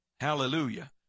Hallelujah